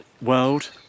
world